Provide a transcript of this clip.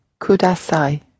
kudasai